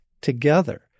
together